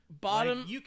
Bottom